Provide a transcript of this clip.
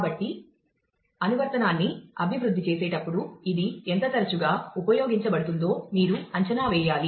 కాబట్టి అనువర్తనాన్ని అభివృద్ధి చేసేటప్పుడు ఇది ఎంత తరచుగా ఉపయోగించబడుతుందో మీరు అంచనా వేయాలి